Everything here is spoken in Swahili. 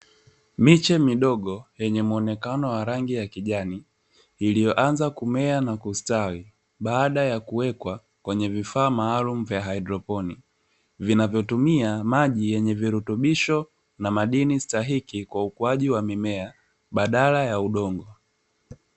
Miche midogo yenye muonekano wa rangi ya kijani iliyoanza kumea na kustawi baada ya kuwekwa kwenye vifaa maalum vya haidroponi, vinavotumia maji yenye virutubisho na madini stahiki kwa ukuaji wa mimea baadala ya udongo.